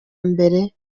mbere